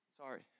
Sorry